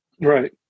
Right